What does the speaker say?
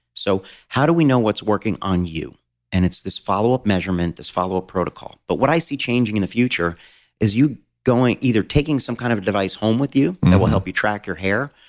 so how do we know what's working on you and it's this follow-up measurement, this follow-up protocol. but what i see changing in the future is you either taking some kind of device home with you that will help you track your hair,